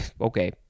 okay